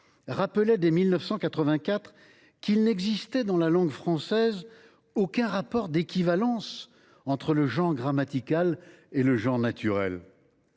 rappelaient dès 1984 qu’il n’existait dans la langue française « aucun rapport d’équivalence entre le genre grammatical et le genre naturel